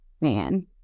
Man